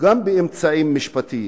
גם באמצעים משפטיים.